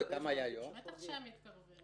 בטח שהם מתקרבים.